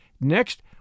Next